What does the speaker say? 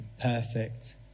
perfect